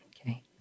Okay